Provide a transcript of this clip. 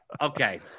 okay